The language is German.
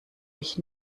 mich